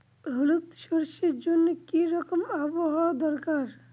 হলুদ সরষে জন্য কি রকম আবহাওয়ার দরকার?